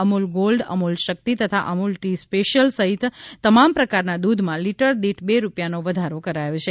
Amul gold Amul Shakti તથા Amul tea special સહિત તમામ પ્રકારના દૂધમાં લીટર દીઠ બે રૂપિયાનો વધારો કરાયો છે